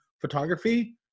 photography